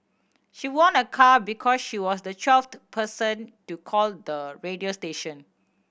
she won a car because she was the twelfth person to call the radio station